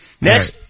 Next